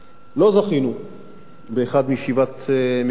לא זכינו באחד משבעת המקומות,